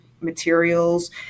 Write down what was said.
materials